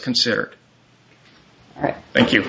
considered thank you